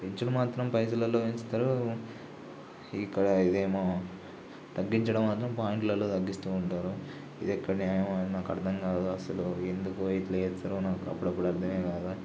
పెంచుడు మాత్రం పైసలలో పెంచుతరు ఇక్కడ ఇదేమో తగ్గించడం మాత్రం పాయింట్లలో తగ్గిస్తూ ఉంటారు ఇదెక్కడి న్యాయమో నాకర్థం కాదు అసలు ఎందుకో ఇట్ల చేస్తారో నాకు అప్పుడప్పుడు అర్ధమే కాదు